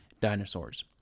dinosaurs